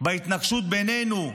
להתנגשות בינינו,